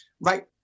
right